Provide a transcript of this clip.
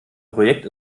projekt